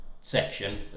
section